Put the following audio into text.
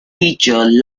feature